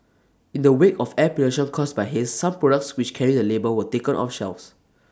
in the wake of air pollution caused by haze some products which carry the label were taken off shelves